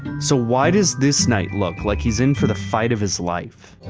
so why does this knight look like he's in for the fight of his life?